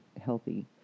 healthy